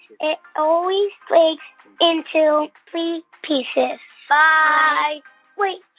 it always breaks into three pieces bye wait.